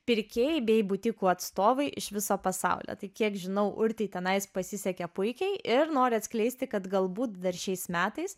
pirkėjai bei butikų atstovai iš viso pasaulio tai kiek žinau urtei tenais pasisekė puikiai ir nori atskleisti kad galbūt dar šiais metais